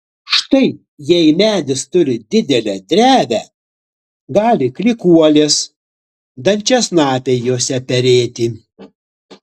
štai jei medis turi didelę drevę gali klykuolės dančiasnapiai jose perėti